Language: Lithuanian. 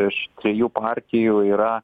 iš trijų partijų yra